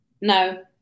no